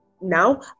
Now